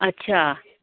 अच्छा